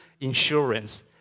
insurance